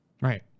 Right